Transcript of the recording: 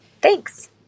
Thanks